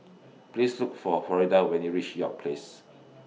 Please Look For Florida when YOU REACH York Place